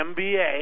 MBA